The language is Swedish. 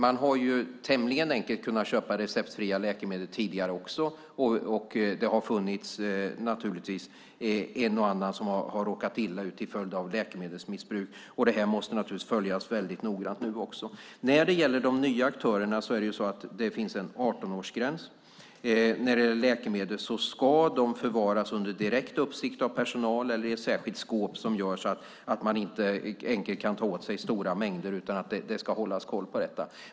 Man har ju tämligen enkelt kunnat köpa receptfria läkemedel tidigare också. Det har naturligtvis varit en och annan som har råkat illa ut till följd av läkemedelsmissbruk. Det måste följas väldigt noga nu också. I och med de nya aktörerna finns det en 18-årsgräns. Läkemedel ska förvaras under direkt uppsikt av personal eller i särskilt skåp så att man inte enkelt kan ta stora mängder. Det ska hållas koll på detta.